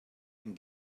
and